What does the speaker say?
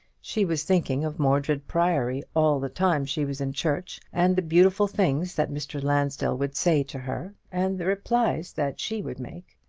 she was thinking of mordred priory all the time she was in church, and the beautiful things that mr. lansdell would say to her, and the replies that she would make.